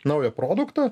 naują produktą